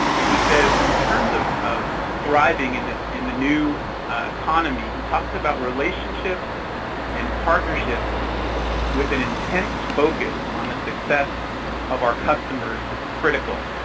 and he says in terms of of thriving in the in the new economy, he talks about relationships and partnerships with an intense focus on the success of our customers is critical.